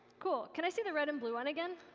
cool could i see the red and blue and again.